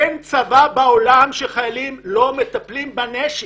אין צבא בעולם שחיילים לא מטפלים בנשק.